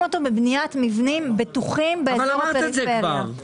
אותו בבניית מבנים בטוחים באזור הפריפריה.